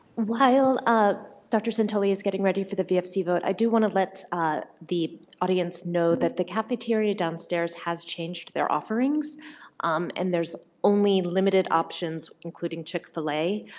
while ah dr. santoli is getting ready for the vfc vote i do want to let the audience know that the cafeteria downstairs has changed their offerings and there's only limited options, including chick-fil-a.